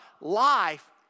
life